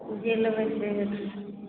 जे लेबै से भेटत